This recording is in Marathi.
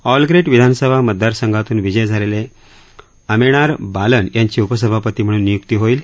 ऑलग्रेट विधानसभा मतदार संघातून विजयी झालेले एमेणार बालन यांची उपसभापती म्हणून नियुक्ती होईल